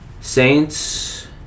Saints